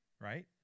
Right